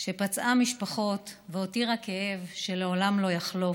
שפצעה משפחות והותירה כאב שלעולם לא יחלוף,